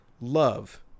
love